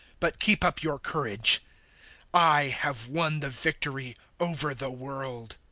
but keep up your courage i have won the victory over the world.